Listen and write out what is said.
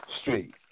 Street